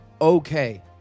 okay